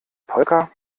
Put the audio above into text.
polka